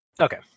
Okay